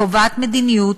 קובעת מדיניות